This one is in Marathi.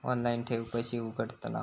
ऑनलाइन ठेव कशी उघडतलाव?